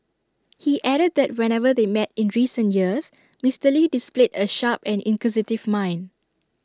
he added that whenever they met in recent years Mister lee displayed A sharp and inquisitive mind